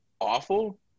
awful